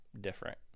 different